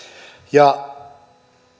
ja